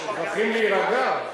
מוכרחים להירגע.